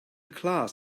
class